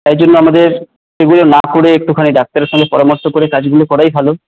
তাই জন্য আমাদের এগুলো মার্ক করে একটুখানি ডাক্তারের সঙ্গে পরামর্শ করে কাজগুলো করাই ভালো